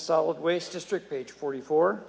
solid waste district page forty fo